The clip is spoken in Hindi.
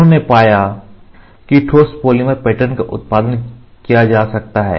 उन्होंने पाया कि ठोस पॉलीमर पैटर्न का उत्पादन किया जा सकता है